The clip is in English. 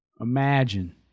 Imagine